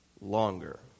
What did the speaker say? longer